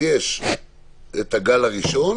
אז בשבוע האחרון יש גל ראשון